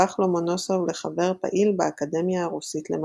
הפך לומונוסוב לחבר פעיל באקדמיה הרוסית למדעים.